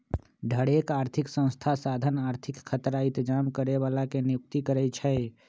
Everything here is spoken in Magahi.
ढेरेक आर्थिक संस्था साधन आर्थिक खतरा इतजाम करे बला के नियुक्ति करै छै